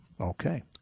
Okay